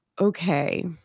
okay